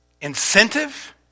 incentive